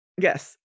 Yes